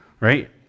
right